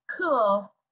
Cool